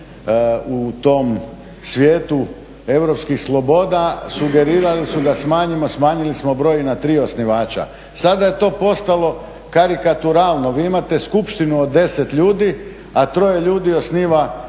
u tom svijetu europskih sloboda, sugerirali su da smanjimo, smanjili smo broj na 3 osnivača. Sada je to postalo karikaturalno, vi imate skupštinu od 10 ljudi, a 3 ljudi osniva